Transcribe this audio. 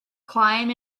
climb